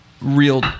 real